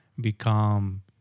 become